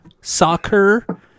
soccer